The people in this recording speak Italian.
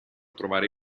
trovare